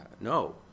No